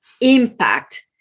impact